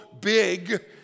big